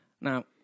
Now